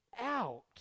out